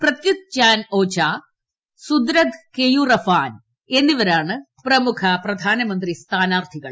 Prayut Chan Ocha Sudarat Keyuraphan എന്നിവരാണ് പ്രമുഖ പ്രധാനമന്ത്രി സ്ഥാനാർത്ഥിമാർ